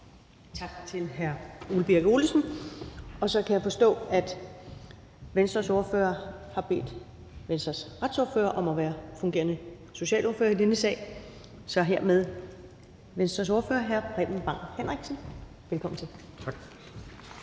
Tak til hr. Ole Birk Olesen. Og så kan jeg forstå, at Venstres ordfører har bedt Venstres retsordfører om at være fungerende socialordfører i denne sag. Så hermed er det Venstres ordfører, hr. Preben Bang Henriksen. Velkommen til. Kl.